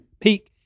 Peak